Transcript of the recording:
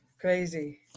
Crazy